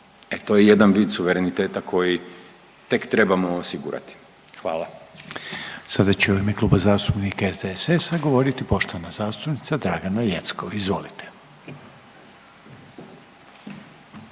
E to je jedan vid suvereniteta koji tek trebamo osigurati. Hvala. **Reiner, Željko (HDZ)** Sada će u ime Kluba zastupnika SDSS-a govoriti poštovana zastupnica Dragana Jeckov. Izvolite.